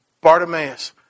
Bartimaeus